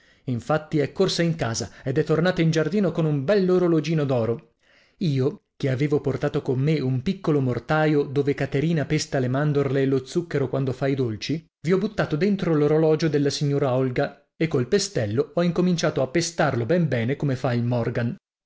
infatti è corsa in casa ed è tornata in giardino con un bell'orologino d'oro io che avevo portato con me un piccolo mortaio dove caterina pesta le mandorle e lo zucchero quando fa i dolci vi ho buttato dentro l'orologio della signora olga e col pestello ho incominciato a pestarlo ben bene come fa il morgan